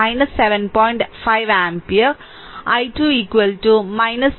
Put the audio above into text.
5 ampere I2 2